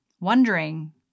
wondering